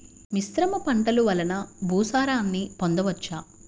మిశ్రమ పంటలు వలన భూసారాన్ని పొందవచ్చా?